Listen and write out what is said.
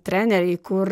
treneriai kur